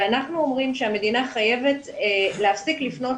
ואנחנו אומרים שהמדינה חייבת להפסיק לפנות